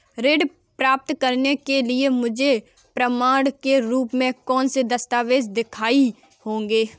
ऋण प्राप्त करने के लिए मुझे प्रमाण के रूप में कौन से दस्तावेज़ दिखाने होंगे?